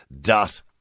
dot